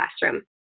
classroom